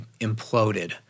imploded